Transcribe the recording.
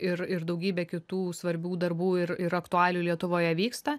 ir ir daugybė kitų svarbių darbų ir ir aktualijų lietuvoje vyksta